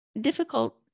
difficult